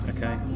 Okay